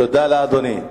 תודה לאדוני.